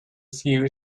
few